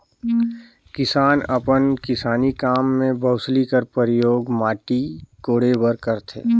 किसान अपन किसानी काम मे बउसली कर परियोग माटी कोड़े बर करथे